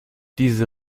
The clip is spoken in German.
diese